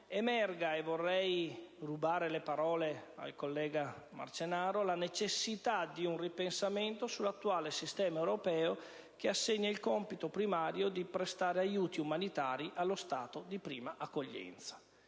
emerga - e vorrei rubare le parole al collega Marcenaro - la necessità di un ripensamento sull'attuale sistema europeo che assegna il compito primario di prestare aiuti umanitari allo Stato di prima accoglienza,